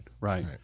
Right